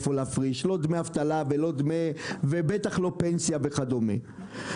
לא דמי אבטלה ובטח לא פנסיה וכדומה.